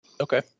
Okay